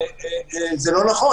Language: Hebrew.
זה לא נכון.